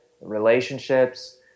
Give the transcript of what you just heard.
relationships